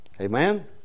Amen